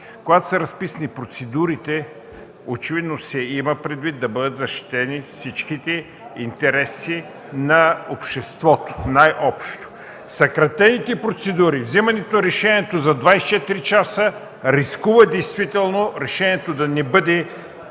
Когато са разписани процедурите, очевидно се има предвид да бъдат защитени всички интереси на обществото най-общо. Съкратените процедури, вземането на решения за 24 часа рискува действително решението да не бъде